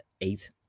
eight